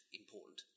important